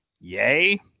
yay